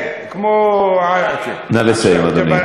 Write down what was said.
כן, כמו, נא לסיים, אדוני.